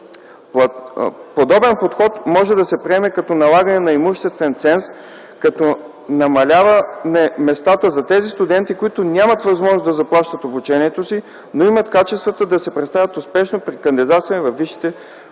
Подобен подход може да се приеме като налагане на имуществен ценз, като намаляване местата, за тези студенти, които нямат възможност да заплащат обучението си, но имат качествата да се представят успешно при кандидатстване във висшите училища.